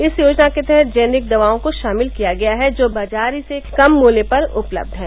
इस योजना के तहत जेनरिक दवाओं को शामिल किया गया है जो कि बाजार से कम मूल्य पर उपलब्ध हैं